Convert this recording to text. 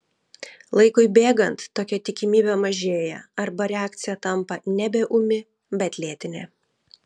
laikui bėgant tokia tikimybė mažėja arba reakcija tampa nebe ūmi bet lėtinė